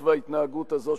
בעיה, אני אעשה זאת.